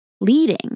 leading